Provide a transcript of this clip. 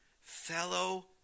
Fellow